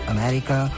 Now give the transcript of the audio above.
America